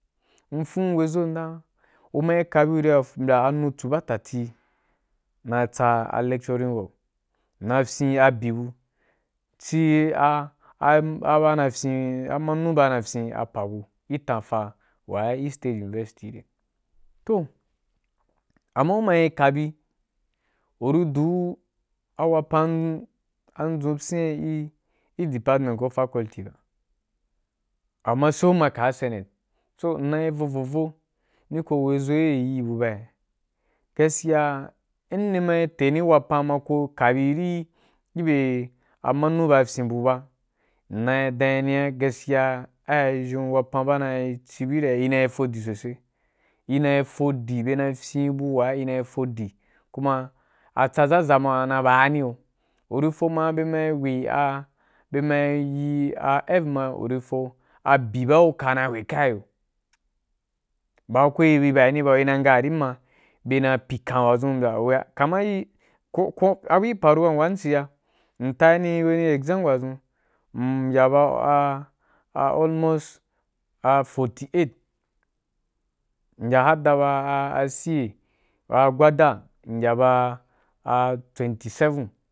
Mí fun weī zo ndan, u ma yí ka bi u rī ya mbya a nutsu ba tati na’ī tsa a lecturing work, na fyin a di bu, chī a ba na fyín ma min da nafin a pa bu gi tan fa wa gi state university gi re. Toh, amay u ma yi kabi u ri du’i’a wapan an ndʒun biya gi department ko faculty ba, amma sai umma ka ya senate so ina yi vo vo vo, ni ko weī zo gi bye in bu ba na ya, gaskiya in ni ma te ni wapan, ko ka bi n gi bye ri manu ba fyin bu ba, ina yi danyi ni ya gaskiya ai zhen wapan ba inaci yi rena fyin bu na’a fodi sosai, ina’i fodi wa byena fyinabu ina yi fodi kuma a tsa zaza ma na’i bani yo, uri foma be na’i wei a be maí yi a f ma urifa a byiba u ka na kwekae ya ba wei ina bani ba ina yi nga bye na pyi kan wuʒun mbya uya kaman ee ko ko a bui para ba am wa am cī ga, m ta wani ezam wadʒun mbya ba ‘a a almost a forty-eight miya hadda ba’a c. A. ba gwada miya ba ꞌa twenty-seven.